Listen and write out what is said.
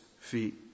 feet